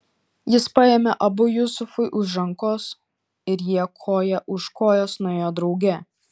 jis paėmė abu jusufui už rankos ir jie koja už kojos nuėjo drauge